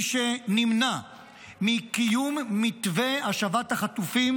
מי שנמנע מקיום מתווה השבת החטופים